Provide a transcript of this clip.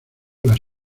las